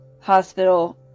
Hospital